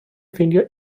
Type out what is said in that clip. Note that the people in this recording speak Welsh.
ffeindio